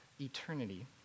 eternity